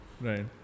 Right